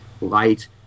light